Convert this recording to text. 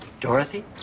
Dorothy